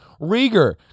Rieger